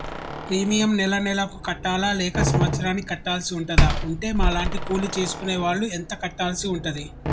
Premium నెల నెలకు కట్టాలా లేక సంవత్సరానికి కట్టాల్సి ఉంటదా? ఉంటే మా లాంటి కూలి చేసుకునే వాళ్లు ఎంత కట్టాల్సి ఉంటది?